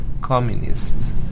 communists